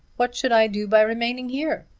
what should i do by remaining here?